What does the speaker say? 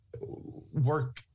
work